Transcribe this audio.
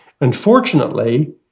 Unfortunately